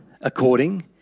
according